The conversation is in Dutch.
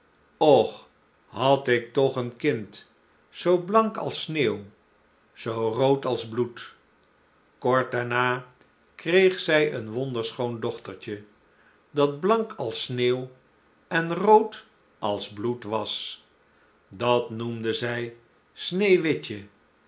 och had ik toch een kind zoo blank als sneeuw zoo rood als bloed kort daarna kreeg zij een wonderschoon dochtertje dat blank als sneeuw en rood als bloed was dat noemde zij